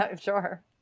Sure